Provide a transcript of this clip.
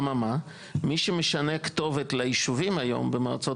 אממה מי שמשנה כתובת ליישובים היום במועצות